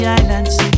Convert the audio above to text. islands